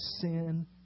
sin